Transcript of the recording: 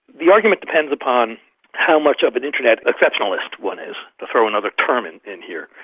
the argument depends upon how much of an internet exceptionalist one is, to throw another term and in here.